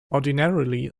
ordinarily